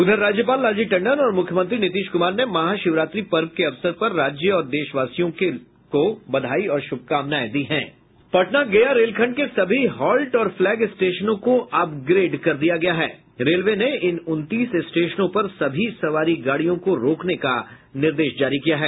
उधर राज्यपाल लालजी टंडन और मुख्यमंत्री नीतीश कुमार ने महाशिवरात्रि पर्व के अवसर पर राज्य और देश के लोगों को बधाई और श्भकामनाएं दी हैं पटना गया रेलखंड के सभी हॉल्ट और फ्लैग स्टेशनों को अपग्रेड कर दिया गया है जिससे रेलवे ने इन उनतीस स्टेशनों पर सभी सवारी गाड़ियों को रोकने का निर्देश जारी किया है